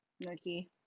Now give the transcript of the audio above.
Nike